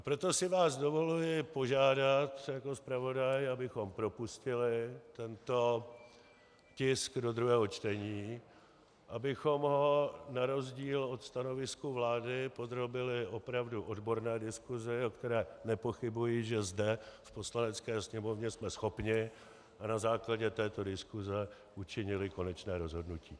Proto si vás dovoluji požádat jako zpravodaj, abychom propustili tento tisk do druhého čtení, abychom ho na rozdíl od stanoviska vlády podrobili opravdu odborné diskusi, o které nepochybuji, že zde v Poslanecké sněmovně jsme schopni, a na základě této diskuse učinili konečné rozhodnutí.